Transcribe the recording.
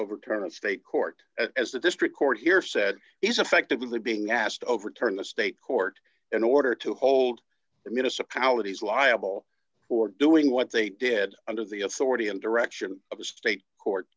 overturn a state court as the district court here said is effectively being asked to overturn the state court in order to hold the municipalities liable for doing what they did under the authority and direction of a state court